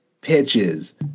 pitches